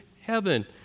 heaven